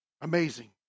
Amazing